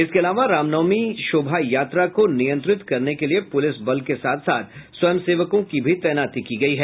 इसके अलावा रामनवमी शोभा यात्रा को नियंत्रित करने के लिये पूलिस बल के साथ साथ स्वयं सेवकों की भी तैनाती की गयी है